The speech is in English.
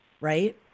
right